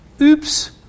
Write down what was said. Oops